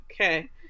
Okay